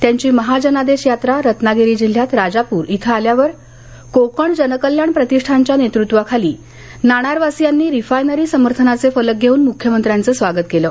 त्यांची महाजनादेश यात्रा रत्नागिरी जिल्ह्यात राजापूर इथं आल्यावर कोकण जनकल्याण प्रतिष्ठानच्या नेतृत्वाखाली नाणारवासीयांनी रिफायनरी समर्थनाचे फलक घेऊन मुख्यमंत्र्यांचं स्वागत केलं